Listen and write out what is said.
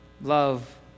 love